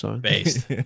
Based